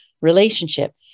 relationship